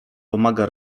pomaga